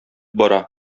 бара